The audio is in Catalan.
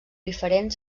diferent